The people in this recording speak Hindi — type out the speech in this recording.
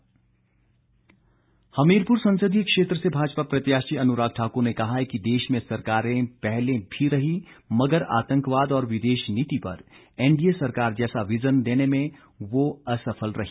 अनुराग ठाकुर हमीरपुर संसदीय क्षेत्र से भाजपा प्रत्याशी अनुराग ठाकुर ने कहा है कि देश में सरकारें पहली भी रही मगर आतंकवाद और विदेश नीति पर एनडीए सरकार जैसा विजन देने में वो असफल रहीं